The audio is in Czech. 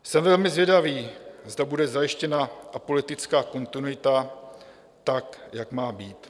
Jsem velmi zvědavý, zda bude zajištěna apolitická kontinuita tak, jak má být.